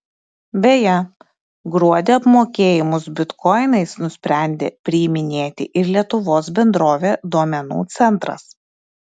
beje gruodį apmokėjimus bitkoinais nusprendė priiminėti ir lietuvos bendrovė duomenų centras